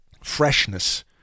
freshness